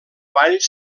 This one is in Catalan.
balls